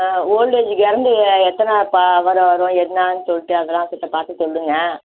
ஆ voltage guarantee எத்தனை வர வரும் என்னான்னு சொல்லிட்டு அதெல்லாம் கொஞ்சம் பார்த்து சொல்லுங்கள்